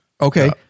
Okay